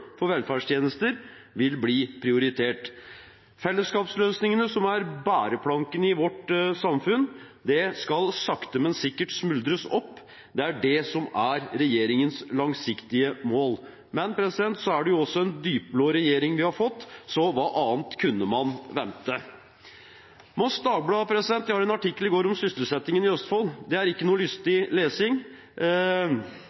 for velferdstjenester vil bli prioritert. Fellesskapsløsningene, som er bæreplanken i vårt samfunn, skal sakte men sikkert smuldres opp – det er det som er regjeringens langsiktige mål. Men så er det jo også en dypblå regjering vi har fått, så hva annet kunne man vente? Moss Dagblad hadde i går en artikkel om sysselsettingen i Østfold. Det er ikke noe